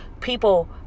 People